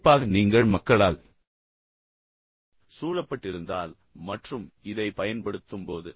குறிப்பாக நீங்கள் மக்களால் சூழப்பட்டிருந்தால் மற்றும் இதைப் பயன்படுத்தும்போது